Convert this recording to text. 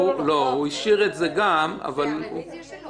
הדיון הוא רביזיה על הצעת חוק מעמדן של ההסתדרות